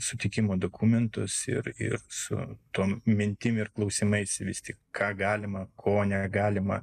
sutikimo dokumentus ir ir su tom mintim ir klausimais vis tik ką galima ko negalima